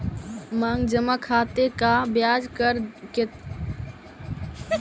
मांग जमा खाते का ब्याज दर केतना रहअ हई